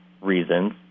reasons